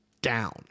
Down